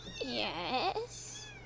Yes